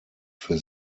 für